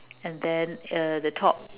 and then uh the top